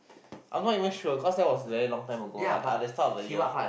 I'm not even sure because that was very long time ago like at the start of the year